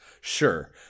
sure